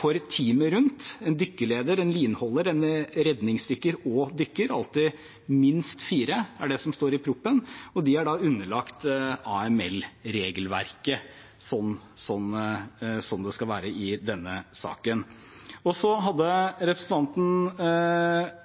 for teamet rundt. En dykkerleder, en lineholder, en redningsdykker og en dykker – det er alltid minst fire – er det som står i proposisjonen, og de er da underlagt AML-regelverket sånn det skal være i denne saken. Representanten